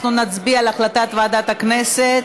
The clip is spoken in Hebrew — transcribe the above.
אנחנו נצביע על החלטת ועדת הכנסת.